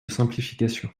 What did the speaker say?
simplification